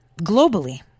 globally